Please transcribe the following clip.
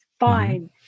Fine